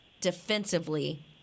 defensively